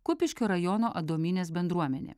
kupiškio rajono adomynės bendruomenė